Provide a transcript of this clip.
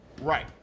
Right